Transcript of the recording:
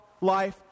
life